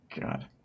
God